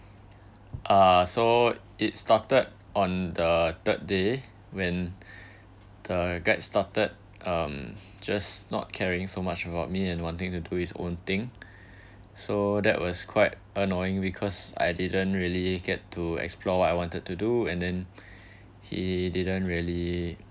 uh so it started on the third day when the guide started um just not caring so much about me and wanting to do his own thing so that was quite annoying because I didn't really get to explore what I wanted to do and then he didn't really